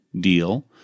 deal